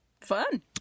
fun